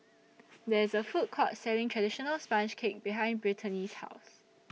There IS A Food Court Selling Traditional Sponge Cake behind Brittani's House